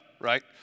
right